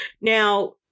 now